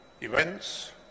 events